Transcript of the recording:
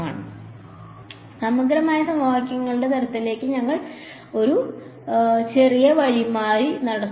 അതിനാൽ സമഗ്രമായ സമവാക്യങ്ങളുടെ തരങ്ങളിലേക്ക് ഞങ്ങൾ ഒരു ചെറിയ വഴിമാറിനടക്കും